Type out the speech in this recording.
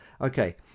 Okay